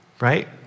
Right